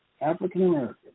African-American